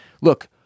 Look